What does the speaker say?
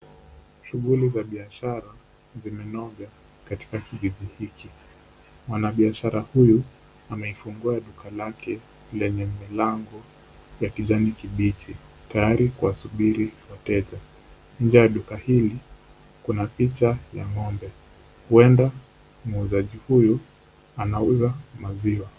Shughuli za biashara zimenoga katika kijiji hiki. Mwanabiashara huyu ameifunga duka lake lenye milango ya kijani kibichi tayari kwa kuwasubiri wateja. Nje ya duka hili kuna picha ya ng'ombe huenda muuzaji huyu anauza maziwa.